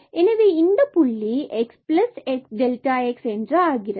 எனவே இந்த புள்ளி xx இவ்வாறு ஆகிறது